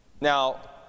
Now